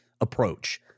approach